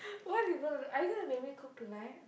what you gonna do are you gonna make me cook tonight